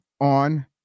on